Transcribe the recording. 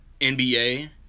NBA